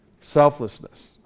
Selflessness